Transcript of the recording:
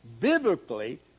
biblically